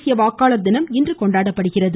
தேசிய வாக்காளர் தினம் இன்று கொண்டாடப்படுகிறது